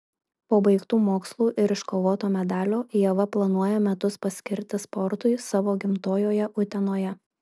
po baigtų mokslų ir iškovoto medalio ieva planuoja metus paskirti sportui savo gimtojoje utenoje